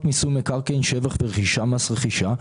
מיסוי מקרקעין (שבח ורכישה) (מס רכישה),